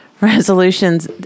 resolutions